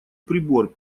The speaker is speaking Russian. прибор